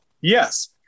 Yes